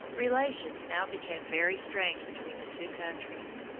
relations now became very strained between the two countries.